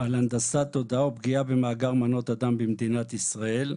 "הנדסת תודעה ופגיעה במאגר מנות הדם במדינת ישראל".